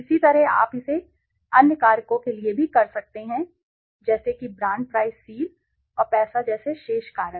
इसी तरह आप इसे अन्य कारकों के लिए भी कर सकते हैं जैसे कि ब्रांड प्राइस सील और पैसा जैसे शेष कारक